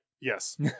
Yes